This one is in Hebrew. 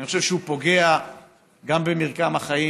אני חושב שהוא פוגע גם במרקם החיים